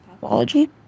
pathology